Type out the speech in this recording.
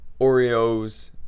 Oreos